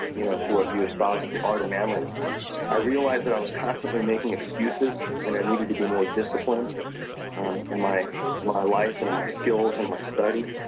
you know, for what you espouse as the art of manliness i realize that i was constantly making excuses and i needed to be more disciplined in my my life and in my skill and my studies.